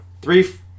Three